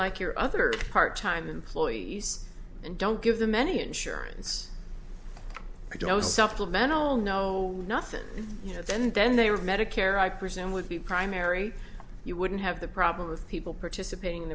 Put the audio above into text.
like your other part time employees and don't give them any insurance i don't supplemental know nothing yet and then they were medicare i presume would be primary you wouldn't have the problem of people participating